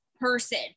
person